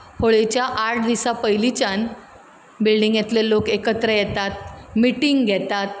होळयेच्या आठ दिसा पयलींच्यान बिल्डिंगेतले लोक एकत्र येतात मिटींग घेतात